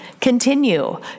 Continue